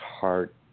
heart